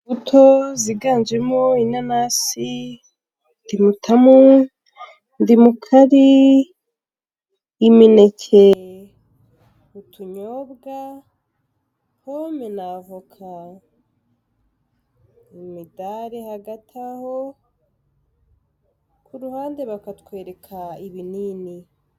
Imbuto ziganjemo inanasi, timutamu, ndimukari, imineke, utunyobwa, pome na voka. Imidari hagati aho, ku ruhande bakatwereka ibinini.